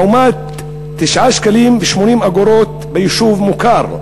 לעומת 9 שקלים ו-80 אגורות ביישוב מוכר.